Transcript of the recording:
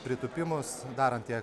pritūpimus darant tiek